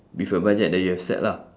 with a budget that you have set lah